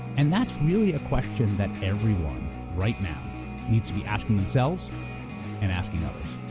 and that's really a question that everyone right now needs to be asking themselves and asking others.